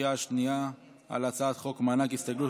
בקריאה השנייה על הצעת חוק מענק הסתגלות